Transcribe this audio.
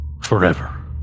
forever